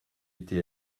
été